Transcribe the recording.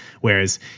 Whereas